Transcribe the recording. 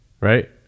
right